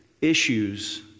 issues